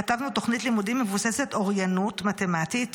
כתבנו תוכנית לימודים מבוססת אוריינות מתמטית